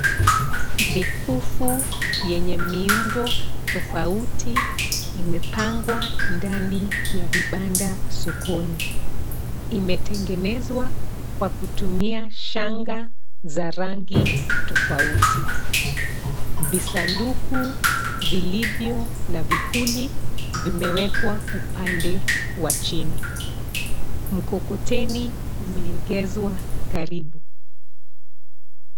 Mikufu yenye miundo tofauti imepangwa ndani ya vibanda sokoni. Imetengenezwa kwa kutumia shanga za rangi tofauti. Visanduku vilivyo na vipuli vimewekwa upande wa chini. Mkokoteni umeegezwa karibu.